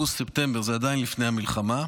אוגוסט-ספטמבר, זה עדיין לפני המלחמה,